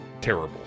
terrible